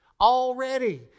Already